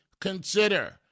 consider